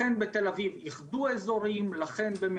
לכן בתל אביב איחדו אזורים,